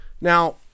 Now